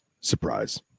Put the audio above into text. surprise